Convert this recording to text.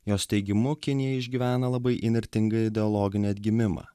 jos teigimu kinija išgyvena labai įnirtingąjį ideologinį atgimimą